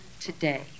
today